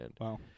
Wow